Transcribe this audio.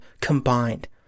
combined